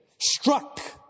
struck